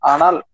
Anal